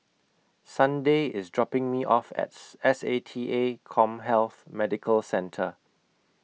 Sunday IS dropping Me off as S A T A Commhealth Medical Centre